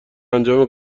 انجام